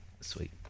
Sweet